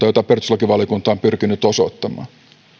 jota perustuslakivaliokunta on pyrkinyt osoittamaan